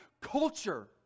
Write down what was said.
culture